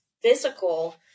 physical